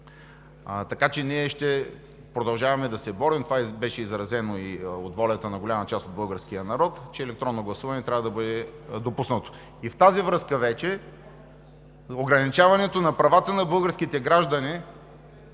постове. Ние ще продължаваме да се борим, това беше изразено и е волята на голяма част от българския народ, че електронно гласуване трябва да бъде допуснато. В тази връзка вече ограничаването на правата на българските граждани,